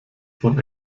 von